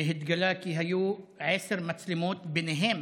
התגלה כי היו עשר מצלמות, ובהן